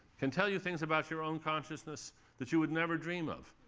can tell you things about your own consciousness that you would never dream of,